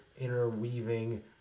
interweaving